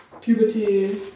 puberty